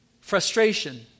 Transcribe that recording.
frustration